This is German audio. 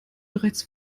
bereits